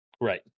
Right